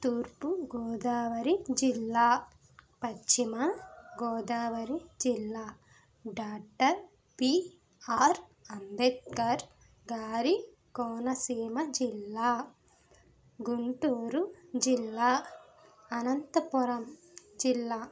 తూర్పు గోదావరి జిల్లా పశ్చిమ గోదావరి జిల్లా డాక్టర్ బిఆర్ అంబేద్కర్ గారి కోన సీమ జిల్లా గుంటూరు జిల్లా అనంతపురం జిల్లా